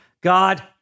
God